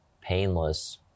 painless